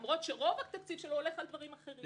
למרות שרוב התקציב שלו הולך על דברים אחרים.